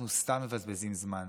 אנחנו סתם מבזבזים זמן.